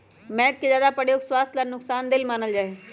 मैद के ज्यादा प्रयोग स्वास्थ्य ला नुकसान देय मानल जाहई